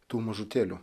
tų mažutėlių